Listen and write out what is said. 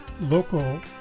local